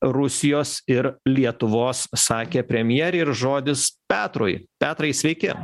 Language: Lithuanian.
rusijos ir lietuvos sakė premjerė ir žodis petrui petrai sveiki